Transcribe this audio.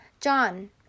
John